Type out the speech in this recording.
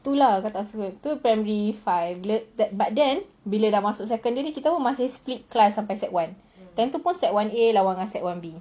tu lah kakak tak suka tu primary five bila but then bila dah masuk secondary kita masih split class sampai secondary one time tu pun sec one a lawan dengan sec one B